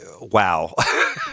wow